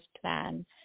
plan